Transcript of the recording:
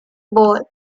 ball